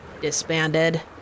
disbanded